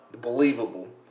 believable